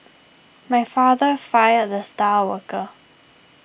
my father fired the star worker